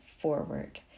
forward